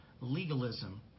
legalism